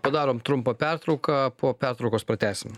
padarom trumpą pertrauką po pertraukos pratęsim